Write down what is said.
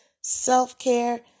self-care